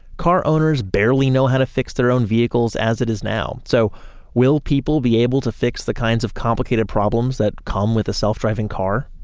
car owners barely know how to fix their own vehicles as it is now. so will people be able to fix the kinds of complicated problems that come with a self-driving car?